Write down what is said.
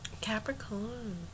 Capricorn